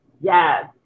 yes